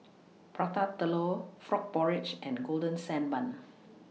Prata Telur Frog Porridge and Golden Sand Bun